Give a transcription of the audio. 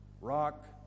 rock